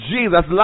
Jesus